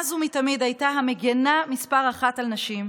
שמאז ומתמיד הייתה המגינה מס' אחת על נשים,